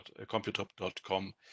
computop.com